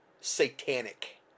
satanic